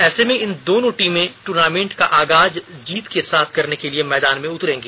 ऐसे में इस दोनों टीमें टूर्नामेंट का आगाज जीत के साथ करने के लिए मैदान में उतरेंगी